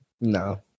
No